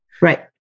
Right